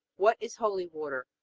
what is holy water?